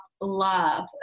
love